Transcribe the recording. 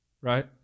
right